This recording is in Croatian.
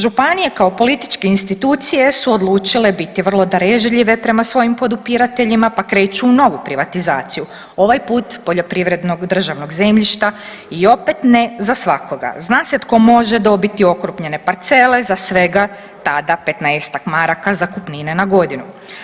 Županije kao političke institucije su odlučile biti vrlo darežljive prema svojim podupirateljima pa kreću u novu privatizaciju, ovaj put poljoprivrednog državnog zemljišta i opet ne za svakoga, zna se tko može dobiti okrupnjene parcele za svega tada 15-ak maraka zakupnine na godinu.